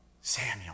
Samuel